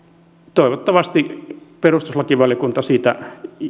toivottavasti perustuslakivaliokunta siihen